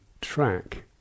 track